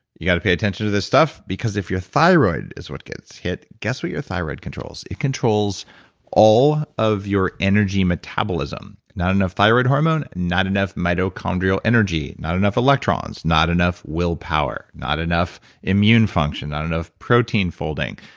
you've got to pay attention to this stuff because if your thyroid is what gets hit guess what your thyroid controls? it controls all of your energy metabolism. not enough thyroid hormone, not enough mitochondrial energy, not enough electrons, not enough will power, not enough immune function, not enough protein folding.